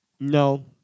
No